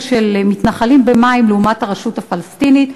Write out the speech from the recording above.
של מתנחלים במים לעומת הרשות הפלסטינית,